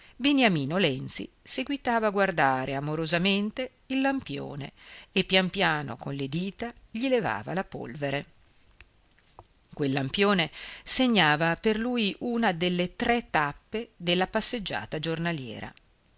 beniamino lenzi seguitava a guardare amorosamente il lampione e pian piano con le dita gli levava la polvere quel lampione segnava per lui una delle tre tappe della passeggiata giornaliera